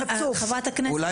חברת הכנסת אורית סטרוק.